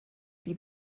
die